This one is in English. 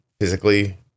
physically